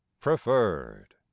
preferred